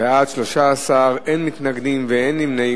בעד, 13, אין מתנגדים ואין נמנעים.